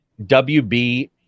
WB